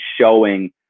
showing